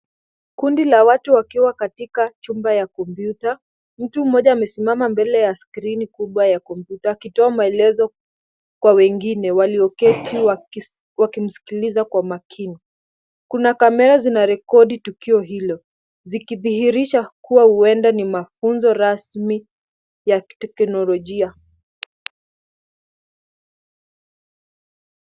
Kundi la watu wakiwa katika chumba ya kompyuta. Mtu mmoja amesimama mbele ya screen kubwa ya kompyuta akitoa maelezo kwa wengine walioketi wakimsikiliza kwa makini. Kuna kamera zinarekodi tukio hilo zikidhihirisha kuwa huenda ni mafunzo rasmi ya kiteknolojia.